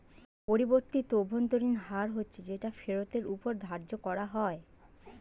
পরিবর্তিত অভ্যন্তরীণ হার হচ্ছে যেটা ফেরতের ওপর ধার্য করা হয়